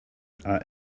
are